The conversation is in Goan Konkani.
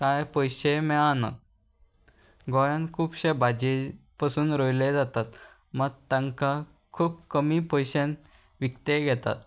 कांय पयशे मेळाना गोंयान खुबशे भाजी पसून रोयले जातात मात तांकां खूब कमी पयश्यान विकते घेतात